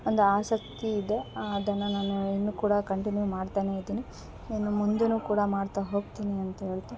ಒಂದು ಆಸಕ್ತಿ ಇದೆ ಅದನ್ನು ನಾನು ಇನ್ನು ಕೂಡ ಕಂಟಿನ್ಯೂ ಮಾಡ್ತಾನೆ ಇದೀನಿ ಇನ್ನು ಮುಂದೆ ಕೂಡ ಮಾಡ್ತಾ ಹೋಗ್ತೀನಿ ಅಂತ ಹೇಳ್ತಾ